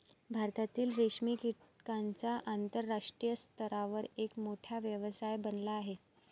भारतातील रेशीम कीटकांचा आंतरराष्ट्रीय स्तरावर एक मोठा व्यवसाय बनला आहे